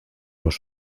los